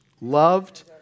loved